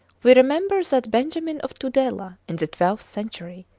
we remember that benjamin of tudela in the twelfth century,